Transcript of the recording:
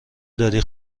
داری